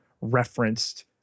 referenced